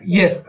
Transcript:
yes।